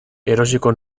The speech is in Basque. erosiko